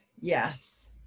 Yes